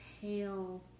pale